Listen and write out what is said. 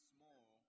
small